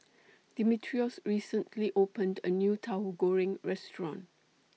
Dimitrios recently opened A New Tauhu Goreng Restaurant